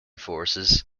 forces